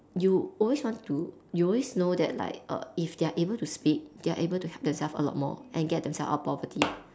you always want to you always know that like err if they are able to speak they are able to help themselves a lot more and get themselves out of poverty